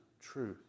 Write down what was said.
truth